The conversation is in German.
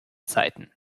zeiten